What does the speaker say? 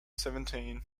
seventeen